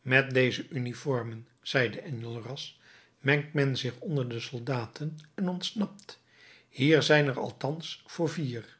met deze uniformen zei enjolras mengt men zich onder de soldaten en ontsnapt hier zijn er althans voor vier